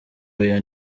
oya